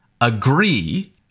agree